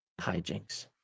hijinks